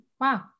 Wow